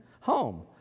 home